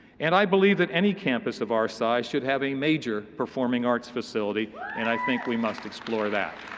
and i believe that any campus of our size should have a major performing arts facility and i think we must explore that.